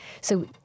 so-